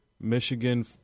Michigan